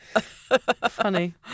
funny